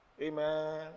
Amen